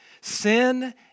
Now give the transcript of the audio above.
Sin